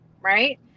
right